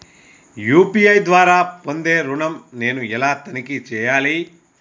UPI ద్వారా పొందే ఋణం నేను ఎలా తనిఖీ చేయాలి?